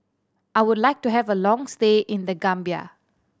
I would like to have a long stay in The Gambia